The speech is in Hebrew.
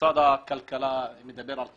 משרד הכלכלה מדבר על תכנון,